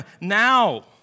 now